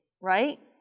right